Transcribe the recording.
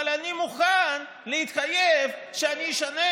אבל אני מוכן להתחייב שאני אשנה,